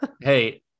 Hey